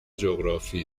جغرافی